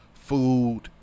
Food